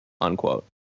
unquote